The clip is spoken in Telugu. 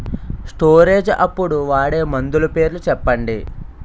స్టోరేజ్ అప్పుడు వాడే మందులు పేర్లు చెప్పండీ?